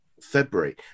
February